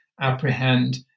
apprehend